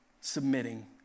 submitting